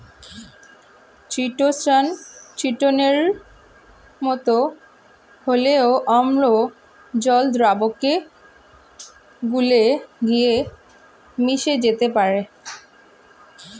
chitosan চিটোনের মতো হলেও অম্ল জল দ্রাবকে গুলে গিয়ে মিশে যেতে পারে